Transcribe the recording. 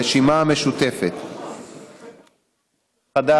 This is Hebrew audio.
הרשימה המשותפת חד"ש,